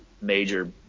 major